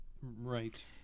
Right